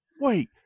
Wait